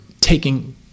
taking